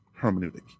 hermeneutic